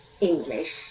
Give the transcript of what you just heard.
English